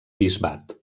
bisbat